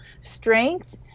strength